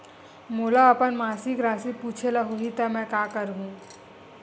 मोला अपन मासिक राशि पूछे ल होही त मैं का करहु?